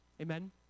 Amen